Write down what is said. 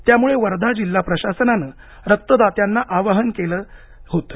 त्यामुळे वर्धा जिल्हा प्रशासनानं रक्तदात्यांना आवाहन केलं जात होतं